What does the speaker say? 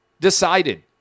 decided